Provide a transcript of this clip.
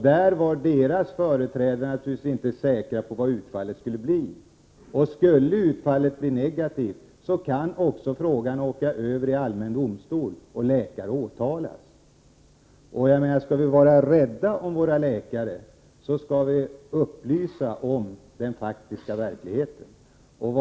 Läkarnas företrädare var naturligtvis inte säkra på vad utfallet skulle kunna bli. Skulle utfallet bli negativt, kan frågan gå över till allmän domstol och läkare kan åtalas. Skall vi vara rädda om våra läkare, måste vi upplysa dem om den faktiska verkligheten.